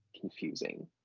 confusing